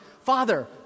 Father